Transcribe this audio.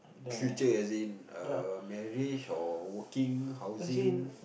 future as in err marry or working housing